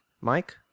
Mike